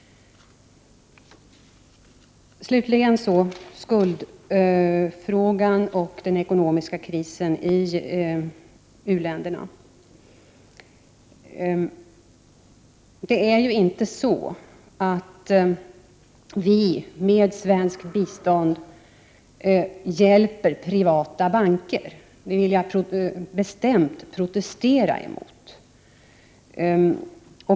Slutligen skulle jag vilja ta upp skuldfrågan och den ekonomiska krisen i u-länderna. Vi hjälper inte privata banker med svenskt bistånd. Det vill jag bestämt protestera mot.